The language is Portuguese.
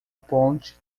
ponte